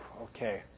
Okay